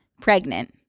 Pregnant